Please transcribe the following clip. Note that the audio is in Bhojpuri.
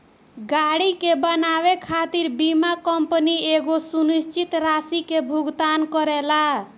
गाड़ी के बनावे खातिर बीमा कंपनी एगो सुनिश्चित राशि के भुगतान करेला